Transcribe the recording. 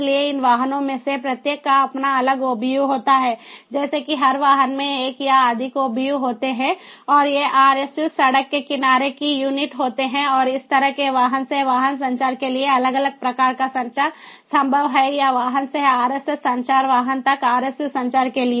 इसलिए इन वाहनों में से प्रत्येक का अपना अलग OBU होता है जैसे कि हर वाहन में एक या अधिक OBU होते हैं और ये RSUs सड़क के किनारे की यूनिट होती हैं और इस तरह के वाहन से वाहन संचार के लिए अलग अलग प्रकार का संचार संभव है या वाहन से RSS संचार वाहन तक RSU संचार के लिए